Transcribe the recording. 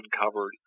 uncovered